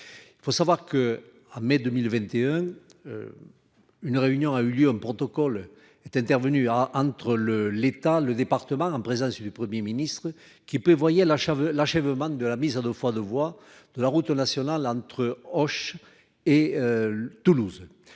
Il faut savoir que à mai 2021. Une réunion a eu lieu un protocole est intervenu à entre le l'État, le département en présence du 1er ministre qui prévoyait la achat l'achèvement de la mise à 2 fois 2 voies de la route nationale entre Auch et. Toulouse.